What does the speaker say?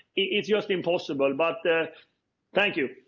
it's just impossible. but thank you.